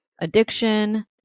addiction